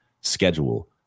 schedule